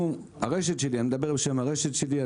הרשת שלי אני מדבר בשם הרשת שלי,